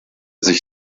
sich